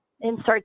insert